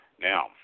Now